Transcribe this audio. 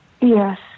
Yes